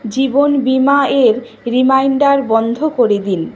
জীবন বিমা এর রিমাইন্ডার বন্ধ করে দিন